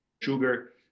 sugar